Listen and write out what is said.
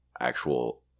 actual